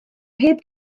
heb